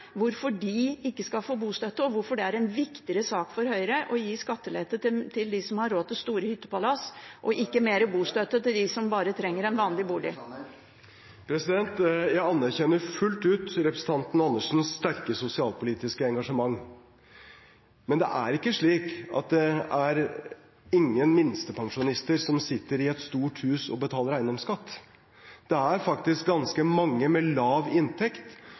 hvorfor det er en viktigere sak for Høyre å gi skattelette til dem som har råd til store hyttepalass, og ikke mer bostøtte til dem som bare trenger en vanlig bolig. Jeg anerkjenner fullt ut representanten Andersens sterke sosialpolitiske engasjement. Men det er ikke slik at det ikke er noen minstepensjonister som sitter i et stort hus og betaler eiendomsskatt. Det er faktisk ganske mange med lav inntekt